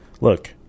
look